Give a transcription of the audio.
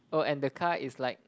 oh and the car is like